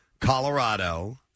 Colorado